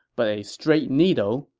but a straight needle,